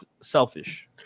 selfish